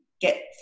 get